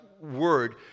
word